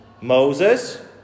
Moses